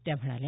त्या म्हणाल्या